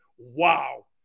wow